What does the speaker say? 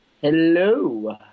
Hello